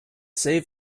save